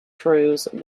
cruise